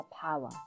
power